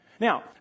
Now